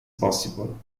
possible